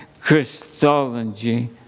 Christology